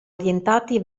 orientati